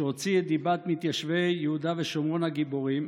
שהוציא את דיבת מתיישבי יהודה ושומרון הגיבורים,